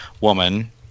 woman